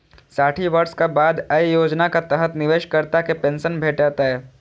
साठि वर्षक बाद अय योजनाक तहत निवेशकर्ता कें पेंशन भेटतै